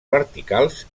verticals